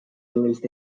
released